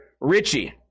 Richie